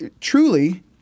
truly